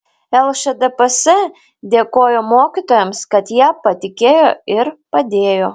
lšdps dėkojo mokytojams kad jie patikėjo ir padėjo